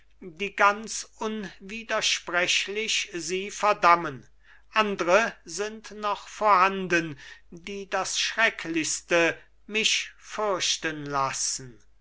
die ganz unwidersprechlich sie verdammen andre sind noch vorhanden die das schrecklichste mich fürchten lassen